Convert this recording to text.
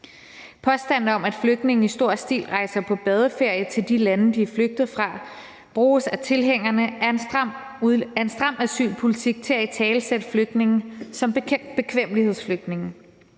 Påstanden om, at flygtninge i stor stil rejser på badeferie til de lande, de er flygtet fra, bruges af tilhængerne af en stram asylpolitik til at italesætte flygtninge som bekvemmelighedsflygtninge.